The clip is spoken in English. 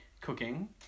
Cooking